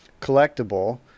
collectible